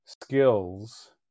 skills